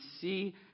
see